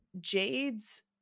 Jade's